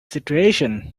situation